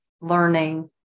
learning